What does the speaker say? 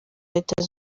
leta